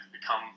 become